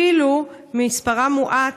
אפילו מספרם מועט,